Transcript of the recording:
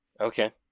Okay